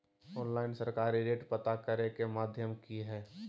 Online सरकारी rate पता करे के माध्यम की हय?